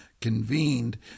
convened